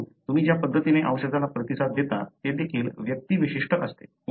म्हणून तुम्ही ज्या पद्धतीने औषधाला प्रतिसाद देता ते देखील व्यक्ती विशिष्ट असते